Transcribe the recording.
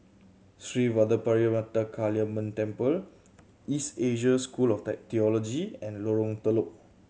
Sri Vadapathira Kaliamman Temple East Asia School of Theology and Lorong Telok